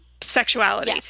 sexuality